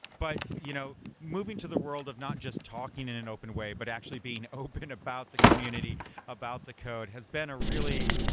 but you know moving to the world of not just talking in an open way, but actually being open about the community about the code has been a really,